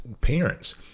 parents